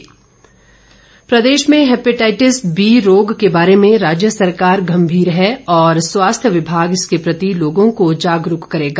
विपिन परमार प्रदेश में hepatitis B रोग के बारे में राज्य सरकार गंभीर है और स्वास्थ्य विभाग इसके प्रति लोगों को जागरूक करेगा